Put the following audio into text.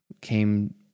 came